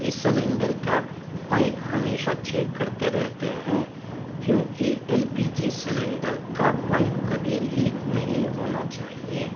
اس cylinder کا pipe ہمیشہ check کرتے رہتے ہیں کیونکہ ایل پی جی سلینڈر کا پائپ کبھی لیک نہیں ہونا چاہیے